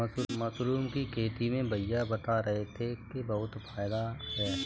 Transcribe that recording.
mushroom की खेती में भैया बता रहे थे कि बहुत फायदा है